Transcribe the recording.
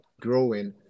growing